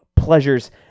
pleasures